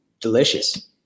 delicious